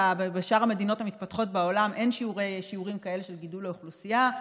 בשאר המדינות המתפתחות בעולם אין שיעורים כאלה של גידול באוכלוסייה,